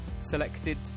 selected